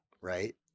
right